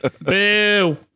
Boo